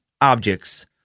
objects